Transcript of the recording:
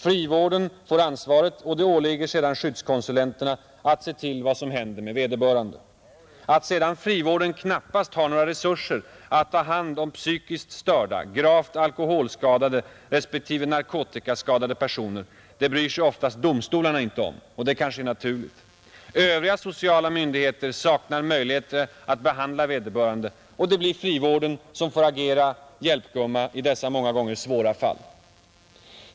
Frivården får ansvaret, och det åligger sedan skyddskonsulenterna att se till vad som händer med vederbörande. Att sedan frivården knappast har några resurser att ta hand om psykiskt störda, gravt alkoholskadade respektive narkotikaskadade personer, det bryr sig oftast domstolarna inte om, och det kanske är naturligt. Övriga sociala myndigheter saknar möjligheter att behandla vederbörande, och det blir frivården som får agera hjälpgumma i dessa många gånger svåra fall.